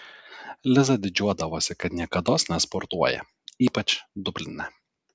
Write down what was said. liza didžiuodavosi kad niekados nesportuoja ypač dubline